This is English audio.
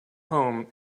home